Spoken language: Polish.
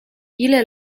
ile